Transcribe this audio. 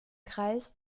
kreis